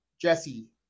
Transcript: Jesse